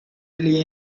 alley